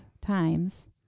times